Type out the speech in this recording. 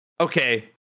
Okay